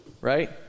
Right